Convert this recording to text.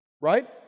right